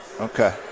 Okay